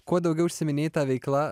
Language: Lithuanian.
kuo daugiau užsiiminėji ta veikla